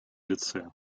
лице